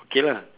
okay lah